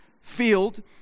field